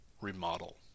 remodel